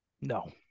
No